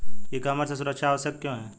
ई commerce में सुरक्षा आवश्यक क्यों है?